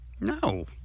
No